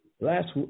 Last